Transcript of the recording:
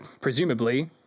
presumably